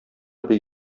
бик